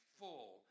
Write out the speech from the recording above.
full